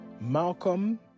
Malcolm